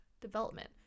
development